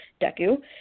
Deku